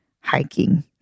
hiking